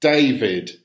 David